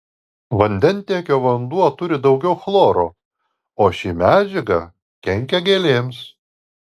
vandentiekio vanduo turi daugiau chloro o ši medžiaga kenkia gėlėms